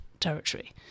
territory